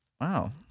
Wow